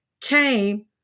came